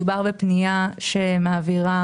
מדובר בפנייה שמעבירה